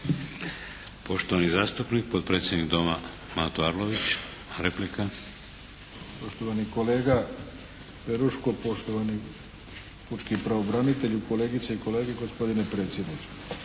Poštovani zastupnik, potpredsjednik Doma, Mato Arlović, replika. **Arlović, Mato (SDP)** Poštovani kolega Peruško, poštovani pučki pravobranitelju, kolegice i kolege, gospodine predsjedniče.